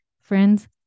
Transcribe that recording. Friends